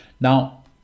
now